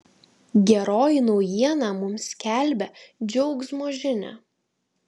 geroji naujiena mums skelbia džiaugsmo žinią